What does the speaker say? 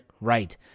right